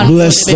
Bless